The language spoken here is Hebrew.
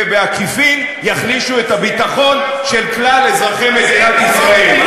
ובעקיפין יחלישו את הביטחון של כלל אזרחי מדינת ישראל.